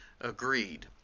agreed